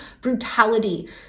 brutality